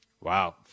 Wow